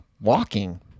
walking